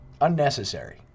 Unnecessary